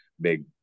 Big